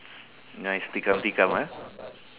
nice tikam tikam ah